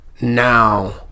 Now